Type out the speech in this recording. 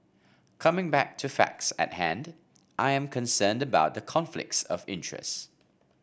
coming back to facts at hand I am concerned about the conflicts of interest